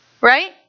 Right